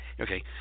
Okay